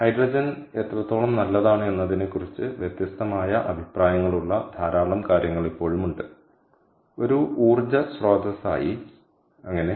hydrogen എത്രത്തോളം നല്ലതാണ് എന്നതിനെ കുറിച്ച് വ്യത്യസ്തമായ അഭിപ്രായങ്ങളുള്ള ധാരാളം കാര്യങ്ങൾ ഇപ്പോഴും ഉണ്ട് ഒരു ഊർജ്ജ സ്രോതസ്സായി അങ്ങനെ